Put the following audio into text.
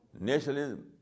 Nationalism